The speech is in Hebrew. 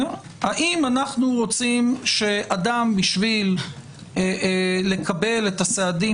האם אנו רוצים שאדם בשביל לקבל את הסעדים